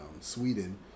Sweden